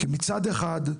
כי מצד אחד,